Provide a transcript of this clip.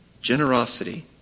generosity